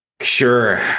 Sure